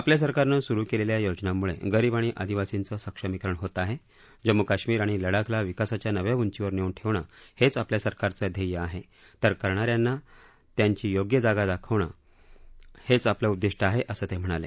आपल्या सरकारनं सुरु केलेल्या योजनांमुळे गरीब आणि आदिवासींचं सक्षमीकरण होत आहे जम्मू काश्मीर आणि लडाखला विकासाच्या नव्या उंचीवर नेऊन ठेवणं हेच आपल्या सरकारचं ध्येय आहे तर करणाऱ्यांना त्यांची योग्य जागा दाखवणं हेच आपलं उद्दिष्ट आहे असं ते म्हणाले